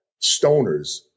stoners